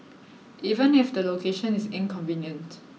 even if the location is inconvenient